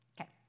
Okay